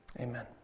Amen